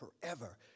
forever